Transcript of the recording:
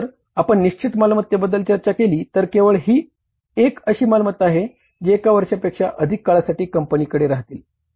म्हणून जर आपण निश्चित मालमत्तेबद्दल चर्चा केली तर केवळ ही एक अशी मालमत्ता आहे जी एका वर्षापेक्षा अधिककाळासाठी कंपनीकडे राहतील